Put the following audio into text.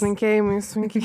linkėjimai sunkiai